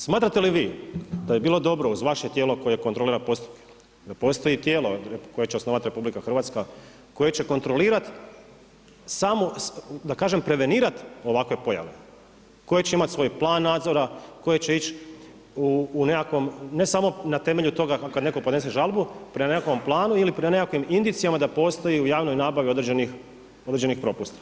Smatrate li vi da je bilo dobro uz vaše tijelo koje kontrolira da postoji tijelo koje će osnovati RH koje će kontrolirati samo da kažem prevenirati ovakve pojave koje će imati svoj plan nadzora, koje će ići u nekakvom ne samo na temelju toga kada neko podnese žalbu prema nekakvom planu ili prema nekakvim indicijama da postoji u javnoj nabavi određenih propusta?